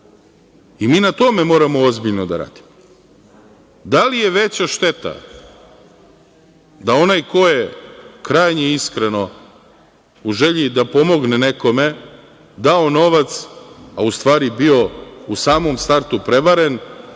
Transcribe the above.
i mi na tome moramo ozbiljno da radimo. Da li je veća šteta da onoga ko je krajnje iskreno u želji da pomogne nekome dao novac, a u stvari bio u samom startu prevaren,